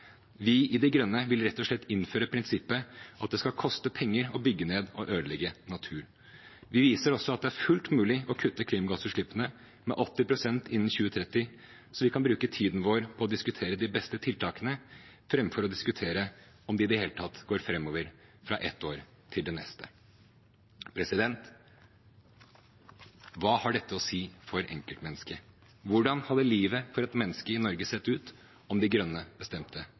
Vi i De Grønne vil rett og slett innføre prinsippet om at det skal koste penger å bygge ned og ødelegge natur. Vi viser også at det er fullt mulig å kutte klimagassutslippene med 80 pst. innen 2030, så vi kan bruke tiden vår på å diskutere de beste tiltakene framfor å diskutere om det i det hele tatt går framover fra et år til det neste. Hva har dette å si for enkeltmennesket? Hvordan hadde livet for et menneske i Norge sett ut om De Grønne bestemte